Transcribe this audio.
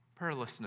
Prayerlessness